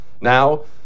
Now